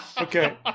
Okay